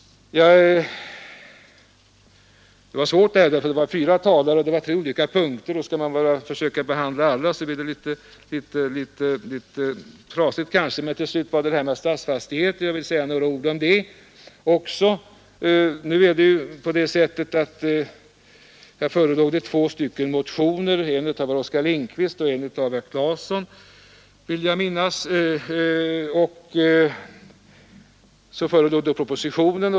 Det här är ett besvärligt ärende. Fyra talare har varit uppe och berört tre olika punkter, och skall man försöka behandla allt detta blir sammanhanget kanske litet trasigt. Jag skall ändå till slut säga några ord om AB Stadsfastigheter. På den punkten förelåg det två motioner, en av herr Oskar Lindkvist och en av herr Claeson m.fl., och dessutom propositionen.